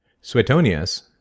Suetonius